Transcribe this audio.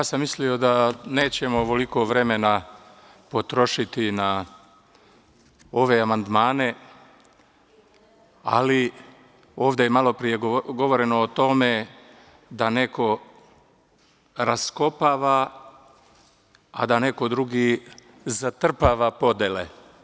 Mislio sam da nećemo ovoliko vremena potrošiti na ove amandmane, ali ovde je malopre govoreno o tome da neko raskopava, a da neko drugi zatrpava podele.